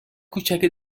کوچک